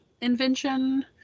invention